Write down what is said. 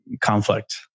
conflict